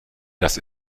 das